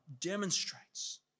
demonstrates